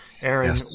Aaron